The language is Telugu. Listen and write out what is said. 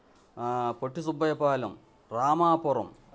పొట్టి సుబ్బయ్య పాలెం రామాపురం